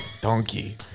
Donkey